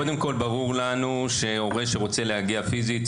קודם כול ברור לנו שהורה שרוצה להגיע פיזית,